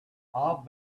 all